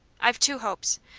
i've two hopes.